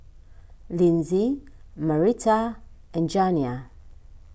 Linzy Marita and Janiah